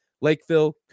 Lakeville